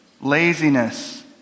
Laziness